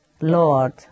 Lord